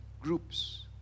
groups